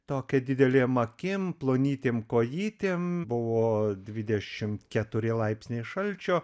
tokia didelėm akim plonytėm kojytėm buvo dvidešim keturi laipsniai šalčio